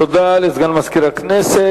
תודה לסגן מזכירת הכנסת.